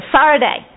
Saturday